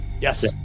Yes